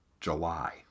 July